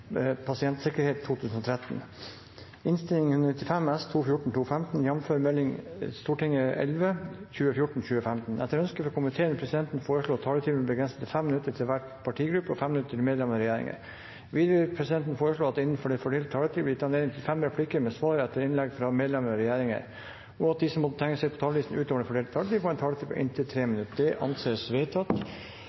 Etter ønske fra energi- og miljøkomiteen vil presidenten foreslå at taletiden blir begrenset til 5 minutter til hver partigruppe og 5 minutter til medlemmer av regjeringen. Videre vil presidenten foreslå at det blir gitt anledning til seks replikker med svar etter innlegg fra medlemmer av regjeringen innenfor den fordelte taletid, og at de som måtte tegne seg på talerlisten utover den fordelte taletid, får en taletid på inntil 3. minutter. – Det anes vedtatt.